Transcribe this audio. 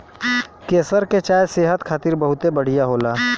केसर के चाय सेहत खातिर बहुते बढ़िया होला